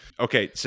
Okay